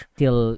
till